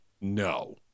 No